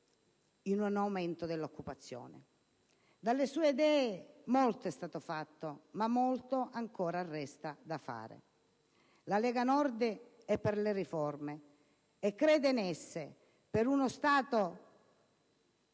in un aumento dell'occupazione. Delle sue idee molto è stato fatto, ma molto ancora resta da fare. La Lega Nord è per le riforme e crede in esse, per uno Stato